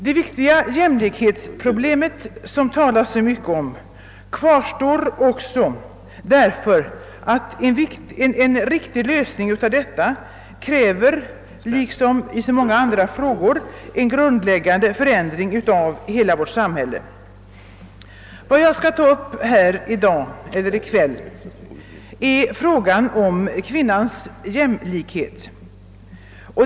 Det viktiga jämlikhetsproblemet, som det talas så mycket om, kvarstår bl.a. därför att en riktig lösning av detta problem liksom av så många andra frågor kräver en grundläggande förändring av hela vårt samhälle. Jag skall i kväll ta upp frågan om kvinnans jämlikhet.